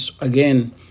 again